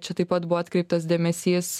čia taip pat buvo atkreiptas dėmesys